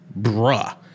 Bruh